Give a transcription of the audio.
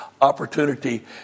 opportunity